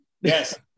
yes